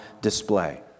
display